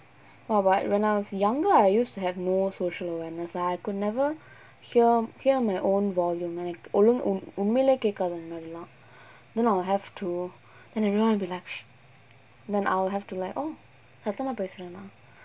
!wah! but when I was younger I used to have no social awareness ah I could never hear hear my own volume உண்மையிலே கேக்காது முன்னாடி எல்லாம்:unmaiyilae kaekkathu munnadi ellam then I'll have to then everyone will be like then I'll have to like oh சத்தமா பேசுறேனா:sathamaa paesuraenaa